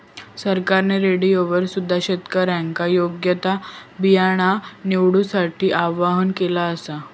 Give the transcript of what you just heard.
सरकारने रेडिओवर सुद्धा शेतकऱ्यांका योग्य ता बियाणा निवडूसाठी आव्हाहन केला आसा